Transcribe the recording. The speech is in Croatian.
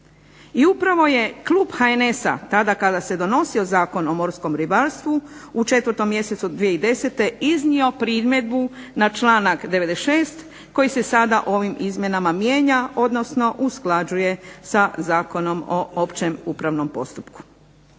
I upravo je klub HNS-a tada kada se donosio Zakon o morskom ribarstvu u 4. mjesecu 2010. iznio primjedbu na članak 96. koji se sada ovim izmjenama mijenja, odnosno usklađuje sa Zakonom o općem upravnom postupku.